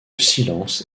silence